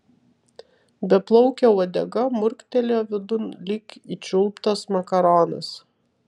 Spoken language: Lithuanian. beplaukė uodega murktelėjo vidun lyg įčiulptas makaronas